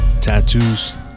Tattoos